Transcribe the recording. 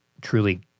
truly